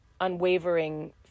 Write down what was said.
unwavering